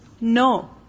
No